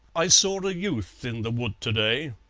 i saw a youth in the wood to-day,